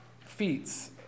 feats